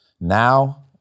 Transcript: Now